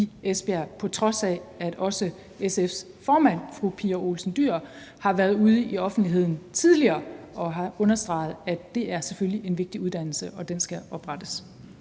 Esbjerg, på trods af at også SF's formand, fru Pia Olsen Dyhr, tidligere har været ude at sige i offentligheden og har understreget, at det selvfølgelig er en vigtig uddannelse, og at den skal oprettes?